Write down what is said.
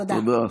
תודה.